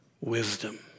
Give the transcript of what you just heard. wisdom